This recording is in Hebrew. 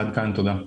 תודה.